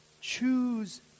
Choose